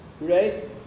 Right